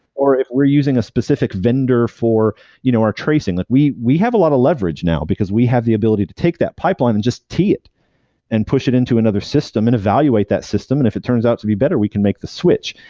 or if we're using a specific vendor for you know our tracing like we we have a lot of leverage now, because we have the ability to take that pipeline and just tee it and push it into another system and evaluate that system, and if it turns out to be better, we can make the switch.